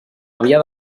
havia